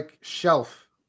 shelf